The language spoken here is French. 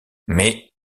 mais